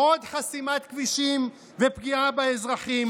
עוד חסימת כבישים ופגיעה באזרחים.